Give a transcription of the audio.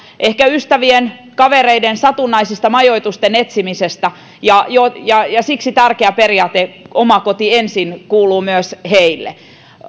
ehkä ystävien kavereiden satunnaisesta majoituksen etsimisestä ja ja siksi tärkeä periaate oma koti ensin kuuluu myös heille